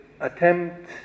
attempt